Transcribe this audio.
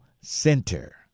center